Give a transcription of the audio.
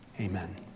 amen